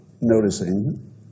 noticing